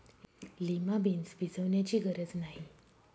lima beans भिजवण्याची गरज नाही